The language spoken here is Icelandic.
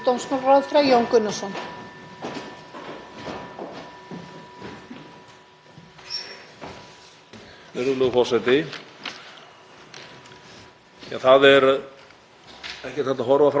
Það er ekkert hægt að horfa fram hjá því að málsmeðferðartími í kynferðisafbrotamálum, svo dæmi sé tekið, er of langur